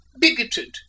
bigoted